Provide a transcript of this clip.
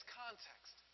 context